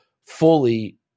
fully